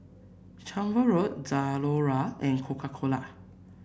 Chevrolet Zalora and Coca Cola